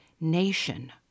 nation